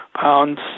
pounds